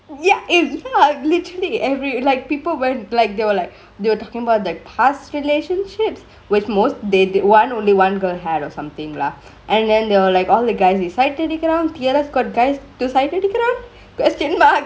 ya if literally every like people were black they will like they were talkingk about the past relationships with most they did one only one girl had or somethingk lah and then they were like all the guys we sight அடிக்குரான்:adikuraan theaters got guys to sight அடிக்குரான்:adikuraan question mark